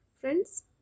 Friends